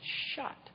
shut